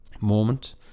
Moment